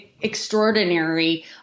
extraordinary